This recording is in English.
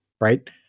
right